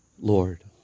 Lord